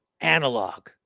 analog